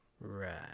Right